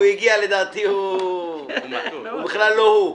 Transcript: לדעתי הוא בכלל לא הוא,